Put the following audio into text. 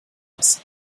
das